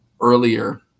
earlier